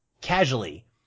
casually